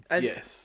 Yes